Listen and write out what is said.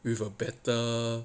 with a better